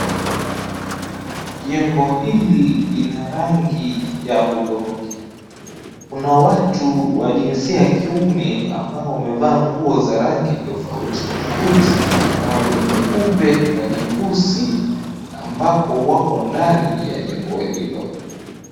Jengo hili lina rangi ya hudhurungi. Kuna watu wa jinsia ya kiume, ambao wamevaa nguo za rangi tofauti tofauti kama vile nyeupe na nyeusi, ambapo wapo ndani ya jengo hilo.